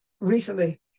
recently